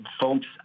folks